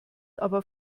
aber